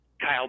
Kyle